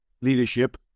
leadership